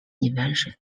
invention